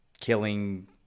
killing